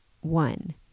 one